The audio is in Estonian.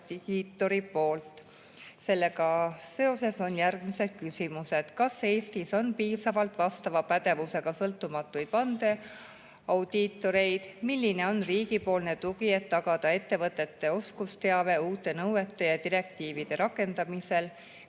vandeaudiitori poolt. Sellega seoses on järgmised küsimused. Kas Eestis on piisavalt vastava pädevusega sõltumatuid vandeaudiitoreid? Milline on riigipoolne tugi, et tagada ettevõtete oskusteave uute nõuete ja direktiivide rakendamisel?